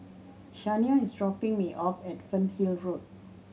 Shania is dropping me off at Fernhill Road